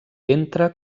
entra